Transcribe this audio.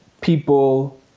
people